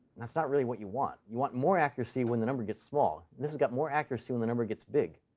that's not really what you want. you want more accuracy when the number gets small. this has got more accuracy when the number gets big.